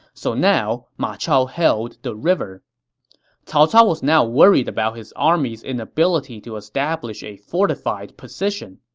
so now ma chao held the river cao cao was now worried about his army's inability to establish a fortified position.